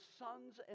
sons